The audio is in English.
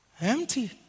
empty